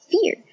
fear